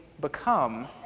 become